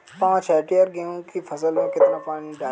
पाँच हेक्टेयर गेहूँ की फसल में कितना पानी डालें?